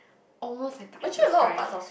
almost like touch the sky